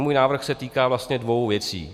Můj návrh se týká vlastně dvou věcí.